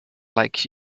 like